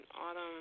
autumn